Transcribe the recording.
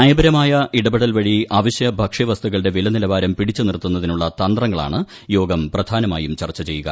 നയപരമായ ഇടപെടൽ വഴി അവശ്യ ഭക്ഷ്യവസ്തുക്കളുടെ വിലനിലവാരം പിടിച്ചു നിർത്തുന്നതിനുള്ള തന്ത്രങ്ങളാണ് യോഗം പ്രധാനമായും ചർച്ച ചെയ്യുക